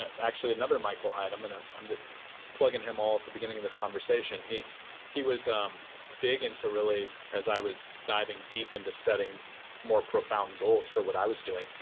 actually, another michael hyatt. i'm and ah um just plugging him at the beginning of this conversation. he he was um big into really as i was diving deep into setting more profound goals for what i was doing,